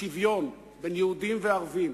שוויון בין יהודים לערבים,